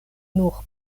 nur